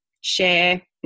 Share